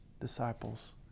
disciples